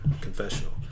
confessional